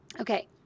Okay